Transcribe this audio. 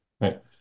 right